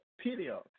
period